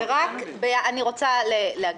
אני רוצה להגיד.